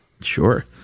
Sure